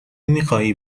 میخواهی